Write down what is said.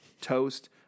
toast